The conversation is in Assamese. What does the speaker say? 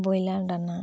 ব্ৰইলাৰ দানা